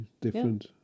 different